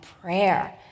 prayer